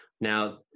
now